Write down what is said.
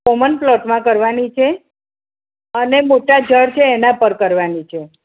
common પ્લોટમાં કરવાનું છે અને મોટા જળ છે એના પર કરવાનું છે